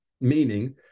Meaning